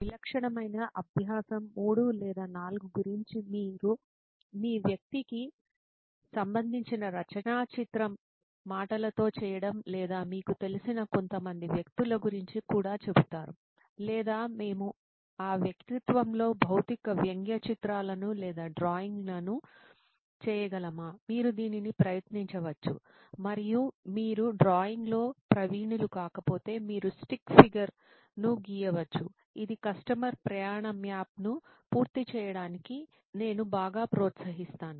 కాబట్టి ఇది ప్రధాన ఉద్దేశం సాధారణంగా నేను 3 నుండి 4 వ్యక్తిత్వాలు గురించి చెబుతాను నేను సూచించినట్లు ఒకటి మాత్రమే కాదు ఇది నేను సూచించిన కనీస బేర్ కనిష్టంకానీ సాధారణ ఆచరణలో విలక్షణమైన అభ్యాసం 3 లేదా 4 గురించి మీరు మీ వ్యక్తికి సంబంధించిన రచనా చిత్రం మాటలతో చేయడం లేదా మీకు తెలిసిన కొంత మంది వ్యక్తుల గురించి కూడా చెబుతారు లేదా మేము ఆ వ్యక్తిత్వంతో భౌతిక వ్యంగ్య చిత్రాలను లేదా డ్రాయింగ్ను చేయగలమా మీరు దీనిని ప్రయత్నించవచ్చు మరియు మీరు డ్రాయింగ్లో ప్రవీణులు కాకపోతే మీరు స్టిక్ ఫిగర్ ను గీయవచ్చు ఇది కస్టమర్ ప్రయాణ మ్యాప్ను పూర్తి చేయడానికి నేను బాగా ప్రోత్సహిస్తాను